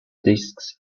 disks